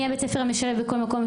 מי הבית ספר המשלב בכל מקום,